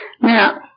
Now